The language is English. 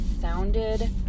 sounded